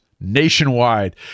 nationwide